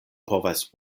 povas